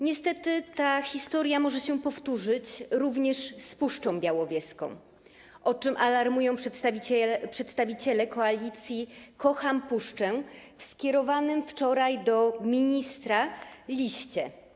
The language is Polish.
Niestety taka historia może się powtórzyć również z Puszczą Białowieską, o czym alarmują przedstawiciele koalicji Kocham Puszczę w skierowanym wczoraj do ministra liście.